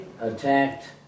attacked